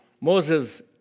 Moses